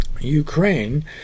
Ukraine